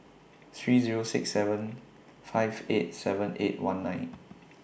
three Zero six seven five eight seven eight one nine